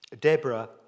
Deborah